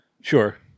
Sure